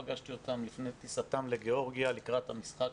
פגשתי אותן לפני טיסתן לגאורגיה לקראת המשחק